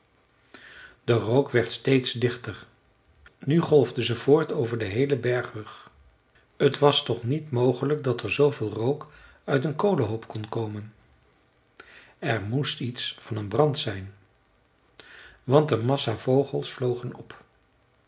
de rook werd steeds dichter nu golfde ze voort over den heelen bergrug t was toch niet mogelijk dat er zooveel rook uit een kolenhoop kon komen er moest iets van een brand zijn want een massa vogels vlogen op